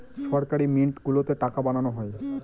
সরকারি মিন্ট গুলোতে টাকা বানানো হয়